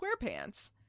Squarepants